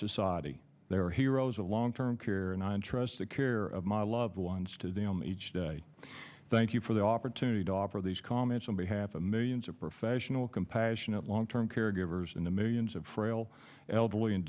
society they are heroes of long term care and i entrust the care of my loved ones to them each day thank you for the opportunity to offer these comments on behalf of millions of professional compassionate long term caregivers in the millions of frail elderly and